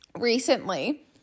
recently